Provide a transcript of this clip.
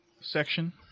section